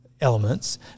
elements